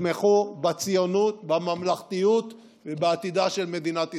תתמכו בציונות, בממלכתיות ובעתידה של מדינת ישראל.